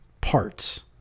parts